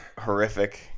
horrific